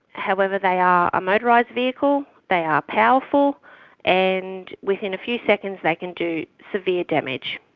however they are a motorised vehicle, they are powerful and within a few seconds they can do severe damage,